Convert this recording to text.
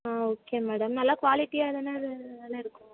ஆ okay madam நல்லா குவாலிட்டியாக தானே அது இருக்கும்